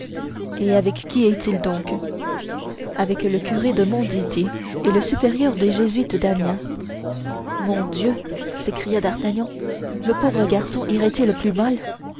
et avec qui est-il donc avec le curé de montdidier et le supérieur des jésuites d'amiens mon dieu s'écria d'artagnan le pauvre garçon irait-il plus mal